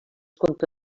contra